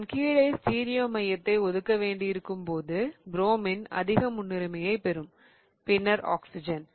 நான் கீழே ஸ்டீரியோ மையத்தை ஒதுக்க வேண்டியிருக்கும் போது புரோமின் அதிக முன்னுரிமையைப் பெறும் பின்னர் ஆக்ஸிஜன்